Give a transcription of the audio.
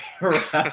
right